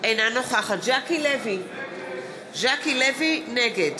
אינה נוכחת ז'קי לוי, נגד